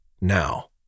now